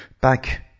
Back